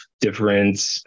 different